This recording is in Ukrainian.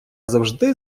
завжди